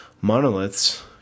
monoliths